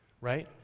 right